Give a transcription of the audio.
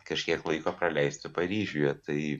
kažkiek laiko praleisti paryžiuje tai